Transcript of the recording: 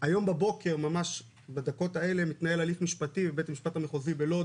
היום בבוקר ממש בדקות האלה מתנהל הליך משפטי בבית המשפט המחוזי בלוד